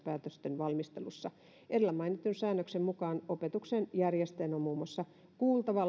päätösten valmisteluissa edellä mainitun säännöksen mukaan opetuksen järjestäjän on muun muassa kuultava